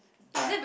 but